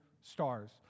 stars